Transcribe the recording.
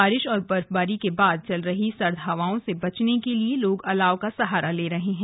बारिश और बर्फबारी के बाद चल रही सर्द हवाओं से बचने के लिए लोग अलाव का सहारा ले रहे हैं